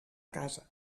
casa